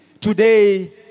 today